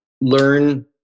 learn